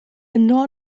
yno